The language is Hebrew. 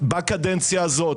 בקדנציה הזאת,